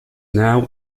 now